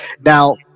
Now